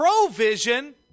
provision